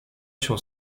się